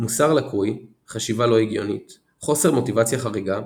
מוסר לקוי חשיבה לא הגיונית, חוסר מוטיבציה חריגה,